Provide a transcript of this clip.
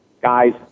guys